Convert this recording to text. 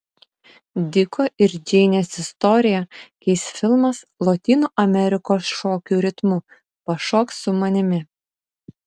diko ir džeinės istoriją keis filmas lotynų amerikos šokių ritmu pašok su manimi